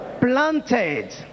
planted